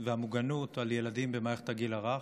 והמוגנות של ילדים במערכת הגיל הרך.